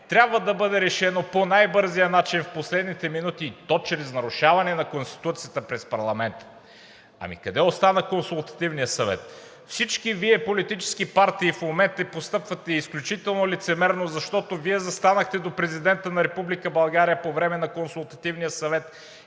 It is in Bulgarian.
трябва да бъде решено по най-бързия начин в последните минути, и то чрез нарушаване на Конституцията през парламента? Ами къде остана Консултативният съвет? Всички Вие, политически партии, в момента постъпвате изключително лицемерно, защото Вие застанахте до Президента на Република България по време на Консултативния съвет